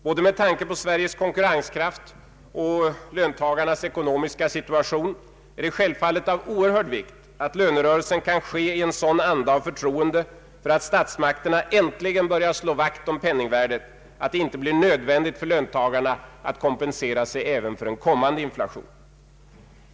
Både med tanke på Sveriges konkurrenskraft och löntagarnas ekonomiska situation är det självfallet av oerhörd vikt att lönerörelsen kan ske i en sådan anda av förtroende för att statsmakterna äntligen börjar slå vakt om pennigvärdet, att det inte blir nödvändigt för löntagarna att kompensera sig även för en kommande inflation.